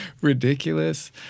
ridiculous